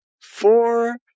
four